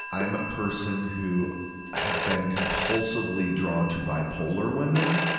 i'm a person who have been compulsively drawn to bipolar women.